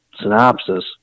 synopsis